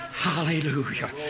Hallelujah